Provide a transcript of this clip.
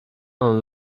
and